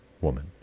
woman